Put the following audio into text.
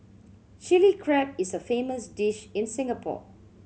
Chilli Crab is a famous dish in Singapore